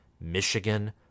Michigan